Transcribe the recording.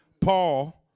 Paul—